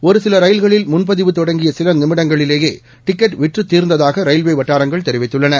ஒருசில ரயில்களில் முன்பதிவு தொடங்கிய சில நிமிடங்களிலேயே டிக்கெட் விற்றுத் தீர்ந்ததாக ரயில்வே வட்டாரங்கள் தெரிவித்துள்ளன